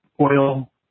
oil